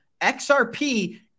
XRP